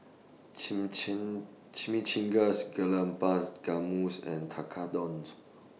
Chimichangas Gulab's and Tekkadon